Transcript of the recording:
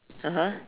(uh huh)